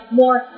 more